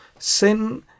Sin